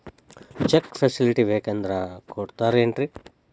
Check facility ಬೇಕಂದ್ರ ಕೊಡ್ತಾರೇನ್ರಿ?